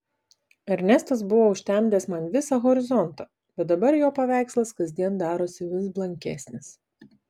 ernestas buvo užtemdęs man visą horizontą bet dabar jo paveikslas kasdien darosi vis blankesnis